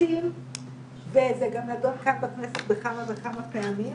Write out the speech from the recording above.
סטטיסטיים וזה גם נדון כאן בכנסת כמה וכמה פעמים.